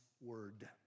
word